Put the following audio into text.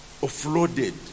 offloaded